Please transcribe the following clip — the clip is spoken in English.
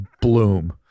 bloom